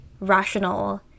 rational